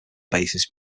basis